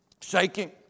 shaking